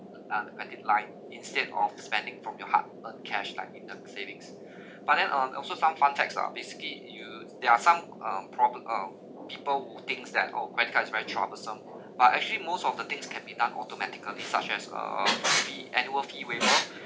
um credit line instead of spending from your hard earned cash like in the savings but then um also some fun facts are basically you there are some um probl~ uh people who thinks that oh credit cards is very troublesome but actually most of the things can be done automatically such as uh the annual fee waiver